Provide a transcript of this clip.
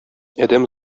адәм